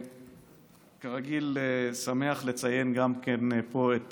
אני כרגיל שמח לציין גם כן פה את